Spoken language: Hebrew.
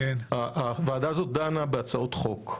הוועדה הזאת דנה בהצעות חוק,